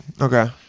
okay